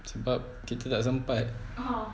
sebab kita tak sempat